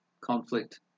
conflict